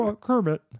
Kermit